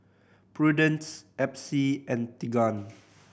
Prudence Epsie and Tegan